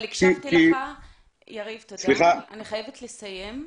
אני חייבת לסיים,